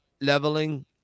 leveling